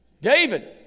David